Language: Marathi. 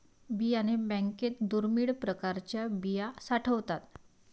बियाणे बँकेत दुर्मिळ प्रकारच्या बिया साठवतात